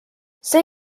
see